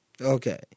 Okay